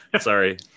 sorry